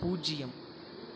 பூஜ்ஜியம்